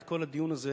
את כל הדיון הזה,